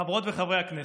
חברות וחברי הכנסת,